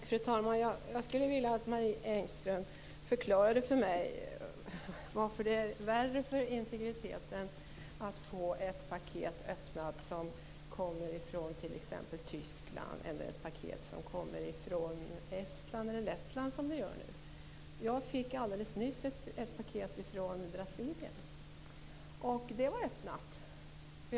Fru talman! Jag skulle vilja att Marie Engström förklarade för mig varför det är värre för integriteten att få ett paket öppnat som kommer från t.ex. Tyskland än ett som kommer från Estland eller Lettland. Jag fick alldeles nyss ett paket från Brasilien, och det var öppnat.